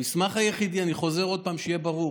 המסמך היחידי, אני חוזר עוד פעם, שיהיה ברור,